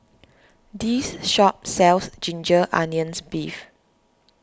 this shop sells Ginger Onions Beef